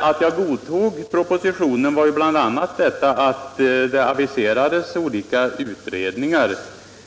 Att jag ändå godtog propositionens förslag berodde bl.a. på att det aviserades olika utredningar.